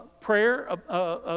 prayer